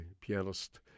pianist